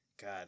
God